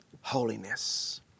holiness